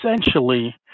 essentially